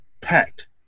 packed